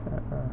uh